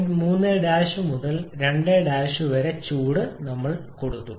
point 3 മുതൽ 2 വരെ ചൂട് ചെയ്തു